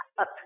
up